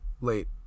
late